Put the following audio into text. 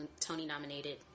Tony-nominated